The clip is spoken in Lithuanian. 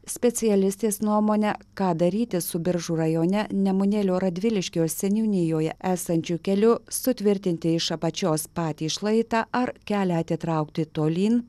specialistės nuomone ką daryti su biržų rajone nemunėlio radviliškio seniūnijoje esančiu keliu sutvirtinti iš apačios patį šlaitą ar kelią atitraukti tolyn